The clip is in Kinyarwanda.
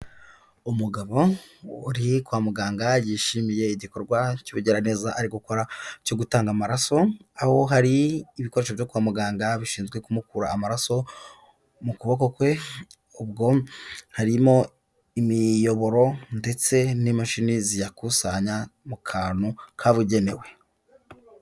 Umugabo uri kwa muganga yishimiye igikorwa cy'ubugiraneza ari gukora cyo gutanga amaraso, aho hari ibikoresho byo kwa muganga bishinzwe kumukura amaraso mu kuboko kwe, ubwo harimo imiyoboro ndetse n'imashini ziyakusanya mu kantu kabugenewe.